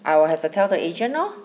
I will have to tell the agent lor